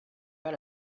pas